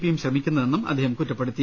പിയും ശ്രമിക്കുന്നതെന്നും അദ്ദേഹം കുറ്റപ്പെടുത്തി